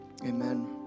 amen